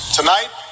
tonight